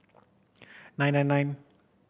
nine nine nine